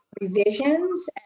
revisions